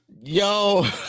Yo